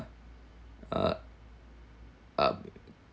uh